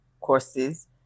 courses